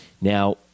Now